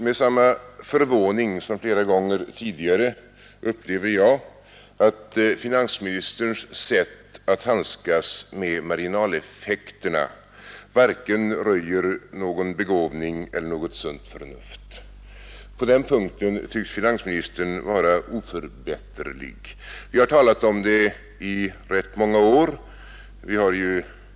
Med samma förvåning som flera gånger tidigare upplever jag att finansministerns sätt att handskas med marginaleffekterna i beskattningen varken röjer någon begåvning eller något sunt förnuft. På den punkten tycks finansministern vara oförbätterlig. Vi har talat om detta i rätt många år.